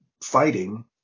fighting